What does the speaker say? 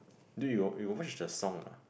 dude you got you got watch the song or not